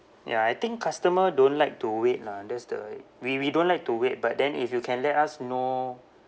ya I think customer don't like to wait lah that's the we we don't like to wait but then if you can let us know